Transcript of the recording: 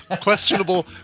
questionable